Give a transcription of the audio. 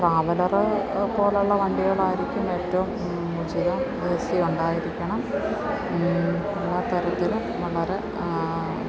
traveller പോലെയുള്ള വണ്ടികളായിരിക്കും ഏറ്റവും ഉചിതം എ സി ഉണ്ടായിരിക്കണം അത്തരത്തിൽ വളരെ